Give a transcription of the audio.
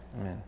Amen